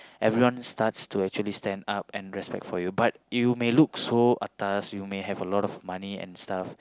everyone starts to stand up for you but you may look so atas you may have a lot of money and stuff